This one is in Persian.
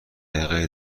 دقیقه